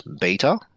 beta